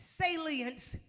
Salience